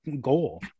goal